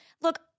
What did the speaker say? Look